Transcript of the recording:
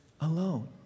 alone